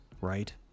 right